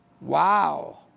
Wow